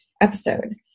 episode